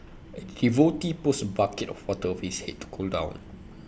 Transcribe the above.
A devotee pours A bucket of water over his Head to cool down